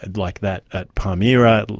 and like that at palmyra,